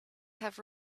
have